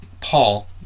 Paul